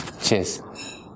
Cheers